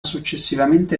successivamente